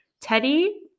Teddy